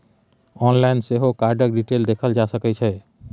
online सेहो कार्डक detail देखल जा सकै छै